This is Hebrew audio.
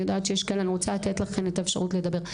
אני רוצה לתת לכן את האפשרות לדבר.